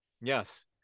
Yes